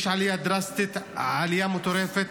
יש עלייה דרסטית, עלייה מטורפת.